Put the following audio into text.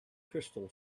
crystal